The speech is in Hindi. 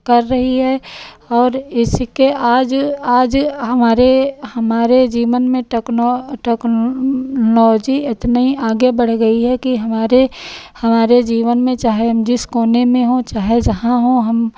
कर रही है और इसके आज आज हमारे हमारे जीवन में टेक्नो टेक्नोलॉजी इतनी आगे बढ़ गई है कि हमारे हमारे जीवन में चाहे हम जिस कोने में हों चाहे जहाँ हों हम